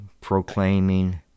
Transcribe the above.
proclaiming